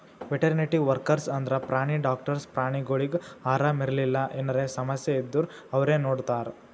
veterinary workers ಅಂದ್ರ ಪ್ರಾಣಿ doctors ಪ್ರಾಣಿಗೊಳಿಗ್ ಆರಾಮ್ ಇರ್ಲಿಲ್ಲ ಎನರೆ ಸಮಸ್ಯ ಇದ್ದೂರ್ ಇವ್ರೇ ನೋಡ್ತಾರ್